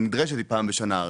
הנדרשת היא פעם בשנה.